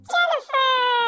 Jennifer